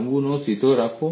નમૂનો સીધો રાખો